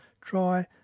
try